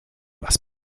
was